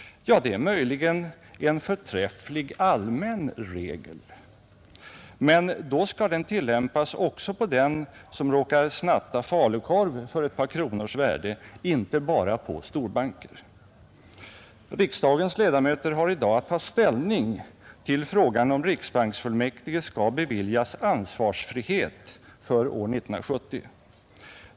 Ja, det är möjligen en förträfflig allmän regel, men då skall den tillämpas också på den som råkar snatta falukorv till ett par kronors värde — inte bara på storbanker. Riksdagens ledamöter har i dag att ta ställning till frågan om riksbanksfullmäktige skall beviljas ansvarsfrihet för år 1970.